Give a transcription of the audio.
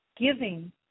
giving